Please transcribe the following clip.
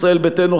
ישראל ביתנו,